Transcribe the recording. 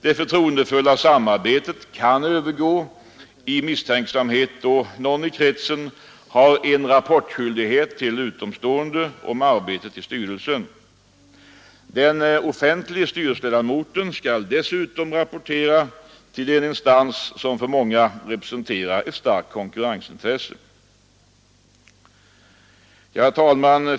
Det förtroendefulla samarbetet kan övergå i misstänksamhet då någon i kretsen har en rapportskyldighet till utomstående om arbetet i styrelsen. Den offentlige styrelseledamoten skall dessutom rapportera till en instans som för många representerar ett starkt konkurrensintresse. Herr talman!